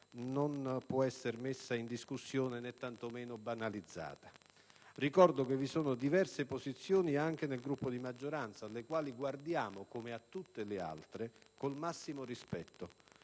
non può essere messa in discussione, né tanto meno banalizzata. Ricordo che vi sono diverse posizioni anche nel Gruppo di maggioranza alle quali guardiamo, come a tutte le altre, con il massimo rispetto.